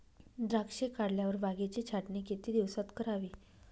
द्राक्षे काढल्यावर बागेची छाटणी किती दिवसात करावी?